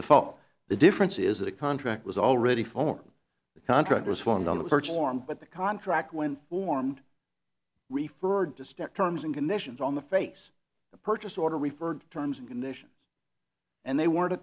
default the difference is that a contract was already formed the contract was formed on the purchase form but the contract when formed referred to step terms and conditions on the face of purchase order referred terms and conditions and they weren't